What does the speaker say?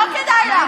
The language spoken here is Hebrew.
לא כדאי לך.